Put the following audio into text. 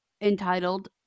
entitled